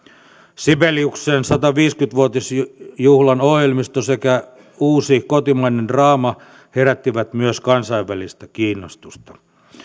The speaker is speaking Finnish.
sibeliuksen sataviisikymmentä vuotisjuhlan ohjelmisto sekä uusi kotimainen draama herättivät myös kansainvälistä kiinnostusta